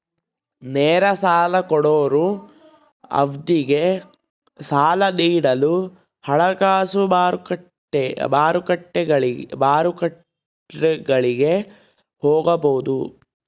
ನೇರ ಸಾಲ ಕೊಡೋರು ಅವ್ನಿಗೆ ಸಾಲ ನೀಡಲು ಹಣಕಾಸು ಮಾರ್ಕೆಟ್ಗುಳಿಗೆ ಹೋಗಬೊದು